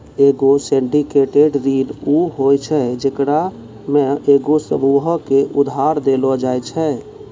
एगो सिंडिकेटेड ऋण उ होय छै जेकरा मे एगो समूहो के उधार देलो जाय छै